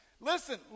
Listen